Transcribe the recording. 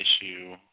issue